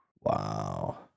Wow